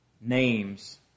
names